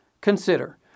Consider